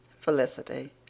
Felicity